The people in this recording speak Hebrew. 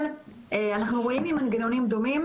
אבל אנחנו רואים עם מנגנונים דומים,